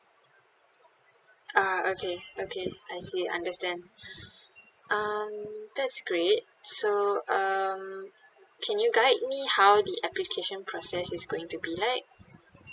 ah okay okay I see understand um that's great so um can you guide me how the application process is going to be like